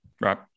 right